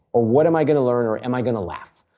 or what am i going to learn? or am i going to laugh?